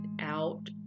out